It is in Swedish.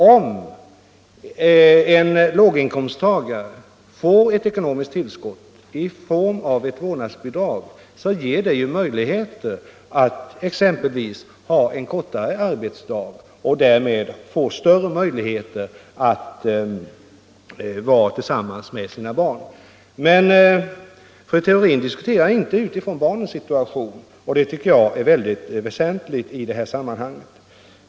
Om en låginkomsttagare får ett ekonomiskt tillskott i form av ett vårdnadsbidrag ger det ju vederbörande möjligheter exempelvis att ha en kortare arbetsdag och därmed få större möjligheter att vara tillsammans med sina barn. Men fru Theorin diskuterar inte utifrån barnens situation, och det tycker jag är väldigt väsentligt i detta sammanhang.